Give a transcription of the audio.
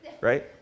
right